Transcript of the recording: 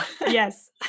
yes